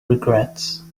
regrets